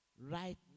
Right